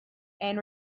had